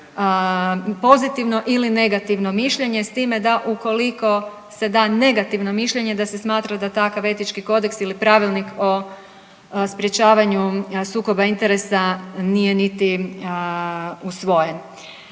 pozitivno ili negativno mišljenje s time da ukoliko se da negativno mišljenje da se smatra da takav etički kodeks ili pravilnik o sprječavanju sukoba interesa nije niti usvojen.